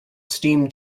steam